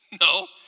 No